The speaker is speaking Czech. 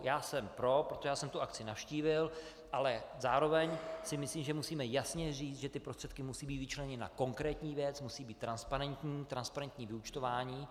Já jsem pro, protože jsem tu akci navštívil, ale zároveň si myslím, že musíme jasně říct, že prostředky musí být vyčleněny na konkrétní věc, musí být transparentní, transparentní vyúčtování.